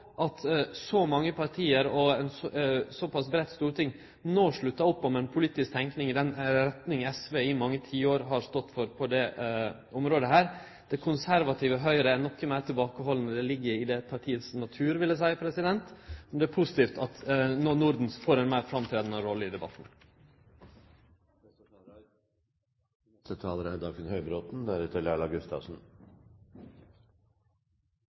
at så mange parti og eit såpass breitt storting no sluttar opp om ei politisk tenking i den retninga SV i mange tiår har stått for på dette området. Det konservative Høgre er noko meir tilbakehalde – det ligg i det partiet sin natur, vil eg seie. Men det er positivt at Norden no får ei meir framtredande rolle i debatten.